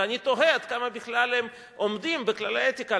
ואני תוהה עד כמה הם בכלל עומדים בכללי האתיקה.